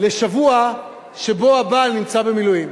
לשבוע שבו הבעל נמצא במילואים,